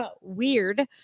Weird